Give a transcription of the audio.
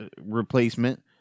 replacement